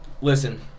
listen